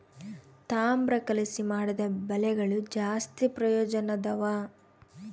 ತಾಮ್ರ ಕಲಿಸಿ ಮಾಡಿದ ಬಲೆಗಳು ಜಾಸ್ತಿ ಪ್ರಯೋಜನದವ